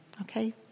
okay